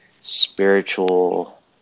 spiritual